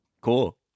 Cool